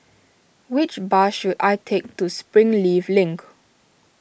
which bus should I take to Springleaf Link